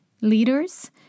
leaders